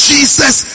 Jesus